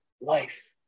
life